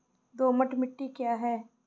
दोमट मिट्टी क्या है?